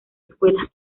escuelas